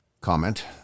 comment